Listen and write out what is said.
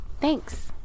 Thanks